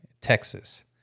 Texas